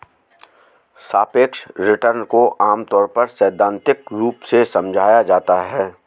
सापेक्ष रिटर्न को आमतौर पर सैद्धान्तिक रूप से समझाया जाता है